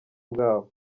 bwabo